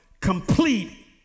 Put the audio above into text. complete